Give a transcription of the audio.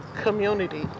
community